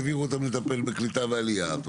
והעבירו אותם לטפל בקליטה ועליה.